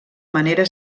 manera